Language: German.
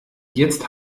jetzt